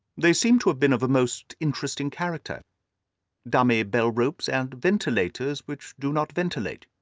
they seem to have been of a most interesting character dummy bell-ropes, and ventilators which do not ventilate.